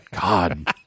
God